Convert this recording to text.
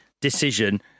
decision